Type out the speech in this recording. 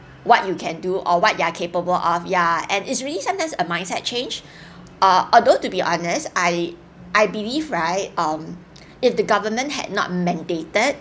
what you can do or what you are capable of ya and it's really sometimes a mindset change err although to be honest I I believe right um if the government had not mandated